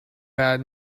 bad